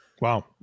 Wow